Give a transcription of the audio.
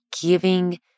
giving